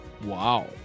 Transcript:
Wow